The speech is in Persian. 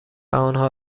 آنها